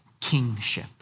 kingship